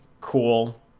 cool